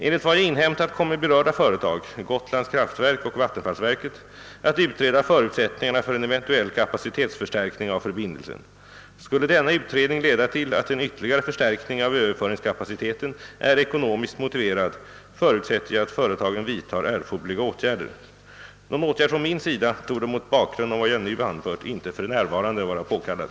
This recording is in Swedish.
Enligt vad jag inhämtat kommer berörda företag — Gotlands Kraftverk och vattenfallsverket — att utreda förutsättningarna för en eventuell kapacitetsförstärkning av förbindelsen. Skulle denna utredning leda till att en ytterligare förstärkning av överföringskapaciteten är ekonomiskt motiverad förutsätter jag att företagen vidtar erforderliga åtgärder. Någon åtgärd från min sida torde mot bakgrund av vad jag nu anfört inte för närvarande vara påkallad.